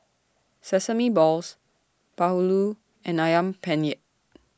Sesame Balls Bahulu and Ayam Penyet